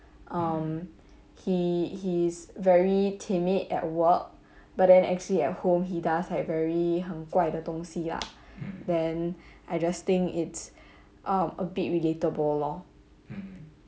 um he he's very timid at work but then actually at home he does like very 很怪的东西 lah then I just think it's um a bit relatable lor